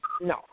No